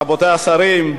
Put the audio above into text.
רבותי השרים,